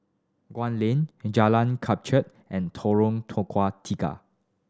Gul Lane Jalan Kelichap and Tukang Tiga